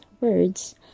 words